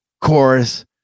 chorus